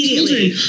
children